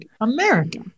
America